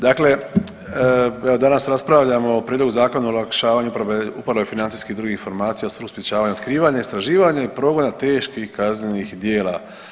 Dakle, danas raspravljamo o Prijedlogu Zakona o olakšavanju uporabe financijskih i drugih informacija u svrhu sprječavanja, otkrivanja, istraživanja i progona teških kaznenih djela.